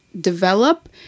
develop